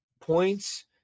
points